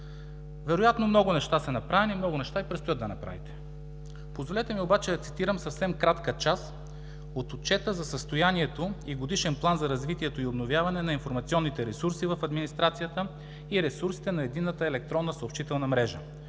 Вероятно много неща са направени, но много неща и предстоят да направите! Позволете ми да цитирам съвсем кратка част от Отчета за състоянието и Годишен план за развитието и обновяване на информационните ресурси в администрацията и ресурсите на единната електронна съобщителна мрежа